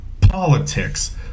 politics